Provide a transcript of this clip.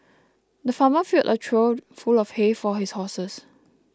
the farmer filled a trough full of hay for his horses